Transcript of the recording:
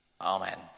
amen